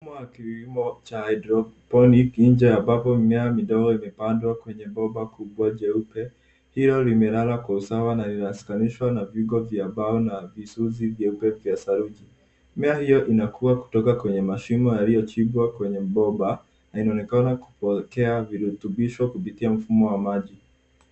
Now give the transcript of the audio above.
Mfumo wa kilimo cha hydroponic nje ambapo mimea midogo imepandwa kwenye bomba kubwa jeupe. Pia limelala kwa usawa na linashikanishwa na viungo vya mbao vizuizi ya upeo wa saruji. Mmea uyo unakua kutoka kwa mashimo yaliyochimbwa kwenye bomba na inaonekana kupewa virutubishi kupitia mfumo wa maji.